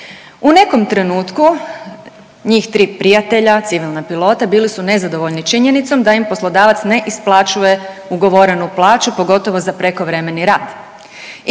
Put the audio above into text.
U nekom trenutku njih tri prijatelja civilna pilota bili su nezadovoljni činjenicom da im poslodavac ne isplaćuje ugovorenu plaću, pogotovo za prekovremeni rad